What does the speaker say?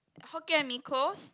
Hokkien-Mee close